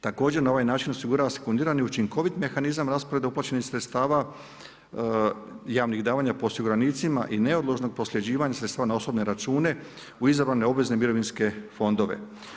Također, na ovaj način osigurava se … učinkovit mehanizam … uplaćenih sredstava javnih davanja po osiguranicima i … prosljeđivanja sredstva na osobne račune u izabrane neobavezne mirovinske fondove.